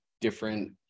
different